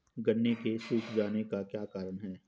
गन्ने के सूख जाने का क्या कारण है?